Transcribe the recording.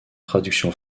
traduction